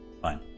fine